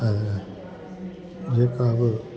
ऐं जेका बि